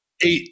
Eight